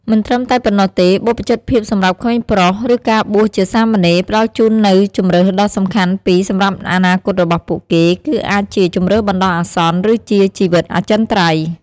មិនត្រឹមតែប៉ុណ្ណោះទេ បព្វជិតភាពសម្រាប់ក្មេងប្រុស ឬការបួសជាសាមណេរ ផ្ដល់នូវជម្រើសដ៏សំខាន់ពីរសម្រាប់អនាគតរបស់ពួកគេ គឺអាចជា ជម្រើសបណ្ដោះអាសន្ន ឬជា ជីវិតអចិន្ត្រៃយ៍។